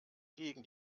gegen